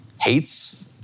hates